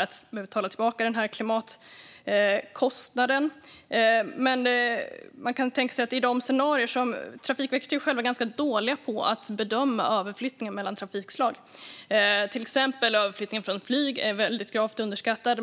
att betala tillbaka den klimatkostnaden. På Trafikverket är man dock ganska dåliga på att bedöma överflyttningen mellan trafikslag. Till exempel är överflyttningen från flyg gravt underskattad.